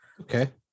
Okay